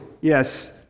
yes